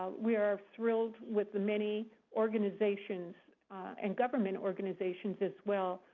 we are thrilled with the many organizations and government organizations as well,